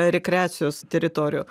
rekreacijos teritorijų